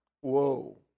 Whoa